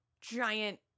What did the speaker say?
giant